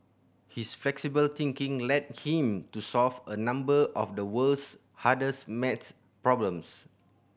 his flexible thinking led him to solve a number of the world's hardest maths problems